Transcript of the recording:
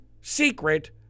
secret